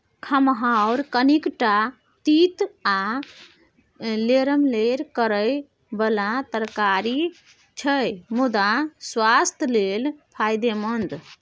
खमहाउर कनीटा तीत आ लेरलेर करय बला तरकारी छै मुदा सुआस्थ लेल फायदेमंद